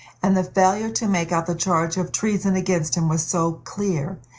and the failure to make out the charge of treason against him was so clear,